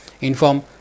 Inform